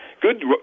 good